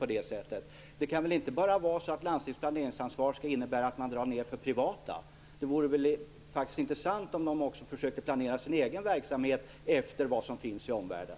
Landstingens planeringsansvar kan väl inte innebära att man bara skall dra ned för privata läkare. Det vore intressant om landstingen också försökte planera sin egen verksamhet efter vad som finns i omvärlden.